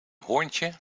hoorntje